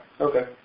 okay